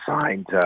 signed